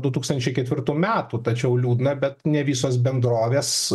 du tūkstančiai ketvirtų metų tačiau liūdna bet ne visos bendrovės